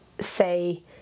say